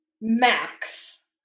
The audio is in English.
max